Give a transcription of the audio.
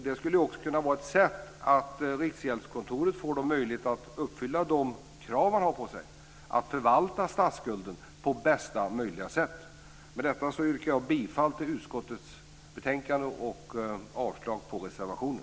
Det skulle kunna vara ett sätt för Riksgäldskontoret att uppfylla de krav som kontoret har på sig att förvalta statsskulden på bästa möjliga sätt. Med detta yrkar jag bifall till utskottets förslag i betänkandet och avslag på reservationen.